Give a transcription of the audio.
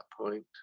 point